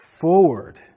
forward